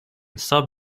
sub